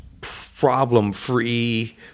problem-free